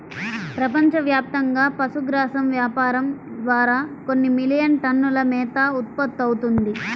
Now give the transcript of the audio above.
ప్రపంచవ్యాప్తంగా పశుగ్రాసం వ్యాపారం ద్వారా కొన్ని మిలియన్ టన్నుల మేత ఉత్పత్తవుతుంది